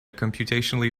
computationally